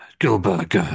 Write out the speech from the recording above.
Gilbert